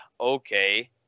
okay